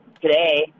today